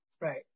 Right